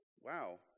wow